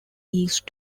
east